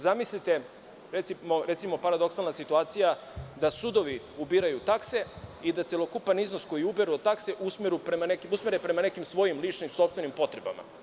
Zamislite, paradoksalna situacija da sudovi ubiraju takse i da celokupan iznos koji uberu od takse usmere prema nekim svojim ličim, sopstvenim potrebama.